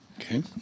Okay